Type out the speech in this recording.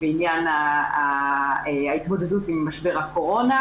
אני מניח ששר חדש שנכנס למשרד אומר